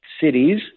cities